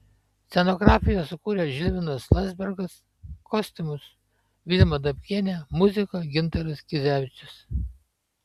scenografiją sukūrė žilvinas landzbergas kostiumus vilma dabkienė muziką gintaras kizevičius